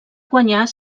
guanyar